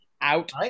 out